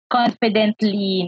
confidently